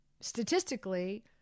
statistically